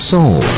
Soul